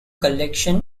collection